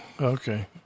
Okay